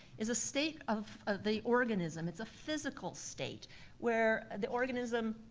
is a state of of the organism, it's a physical state where the organism,